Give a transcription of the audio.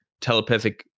telepathic